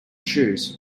shoes